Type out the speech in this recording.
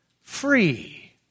free